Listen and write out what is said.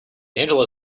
angela